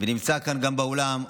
ונמצא כאן באולם גם